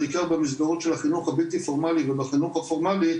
בעיקר במסגרות של החינוך הבלתי פורמלי ובחינוך הפורמלי,